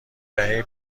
دهه